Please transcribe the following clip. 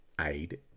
aid